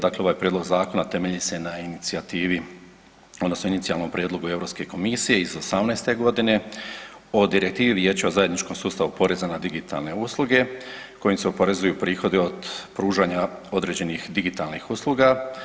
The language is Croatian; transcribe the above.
Dakle, ovaj prijedlog zakona temelji se na inicijativi odnosno inicijalnom prijedlogu Europske komisije iz '18. godine o Direktivi Vijeća o zajedničkom sustavu poreza na digitalne usluge kojim se oporezuju prihodi od pružanja određenih digitalnih usluga.